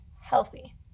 healthy